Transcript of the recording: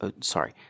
Sorry